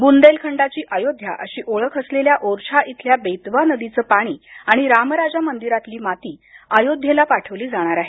बुंदेलखंडाची अयोध्या अशी ओळख असलेल्या ओरछा इथल्या बेतवा नदीचं पाणी आणि राम राजा मंदिरातली माती अयोध्येला पाठवली जाणार आहे